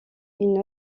une